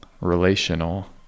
relational